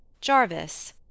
Jarvis